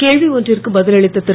கேள்வி ஒன்றுக்கு பதிலளித்த திரு